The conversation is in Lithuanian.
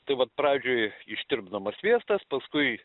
tai vat pradžioj ištirpdomas sviestas paskui